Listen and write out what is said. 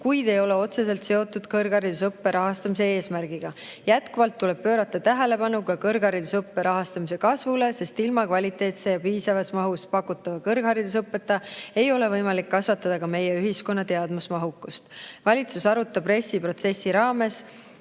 kuid ei ole otseselt seotud kõrgharidusõppe rahastamise eesmärgiga. Jätkuvalt tuleb pöörata tähelepanu ka kõrgharidusõppe rahastamise kasvule, sest ilma kvaliteetse ja piisavas mahus pakutava kõrgharidusõppeta ei ole võimalik kasvatada ka meie ühiskonna teadmusmahukust. Valitsus arutab RES‑i protsessi raames